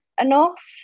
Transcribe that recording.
enough